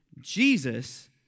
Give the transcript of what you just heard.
Jesus